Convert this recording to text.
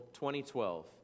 2012